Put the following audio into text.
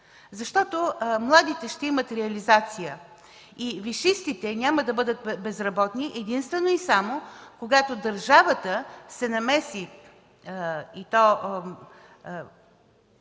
Защото младите ще имат реализация и висшистите няма да бъдат безработни, единствено и само когато държавата се намеси, и то